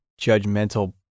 judgmental